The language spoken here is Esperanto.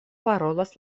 parolas